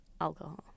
alcohol